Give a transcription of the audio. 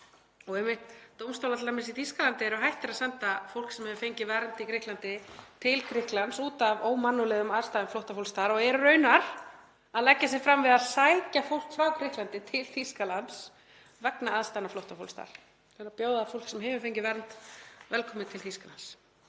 og t.d. eru dómstólar í Þýskalandi hættir að senda fólk sem hefur fengið vernd í Grikklandi til Grikklands út af ómannúðlegum aðstæðum flóttafólks þar og eru raunar að leggja sig fram við að sækja fólk frá Grikklandi til Þýskalands vegna aðstæðna flóttafólks. Stjórnvöld í Þýskalandi eru að bjóða fólk sem hefur fengið vernd velkomið til Þýskalands.